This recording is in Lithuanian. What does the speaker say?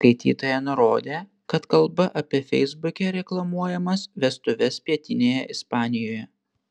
skaitytoja nurodė kad kalba apie feisbuke reklamuojamas vestuves pietinėje ispanijoje